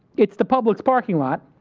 it's the public parking lot,